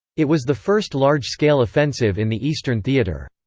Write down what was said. it was the first large-scale offensive in the eastern theater.